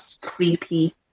creepy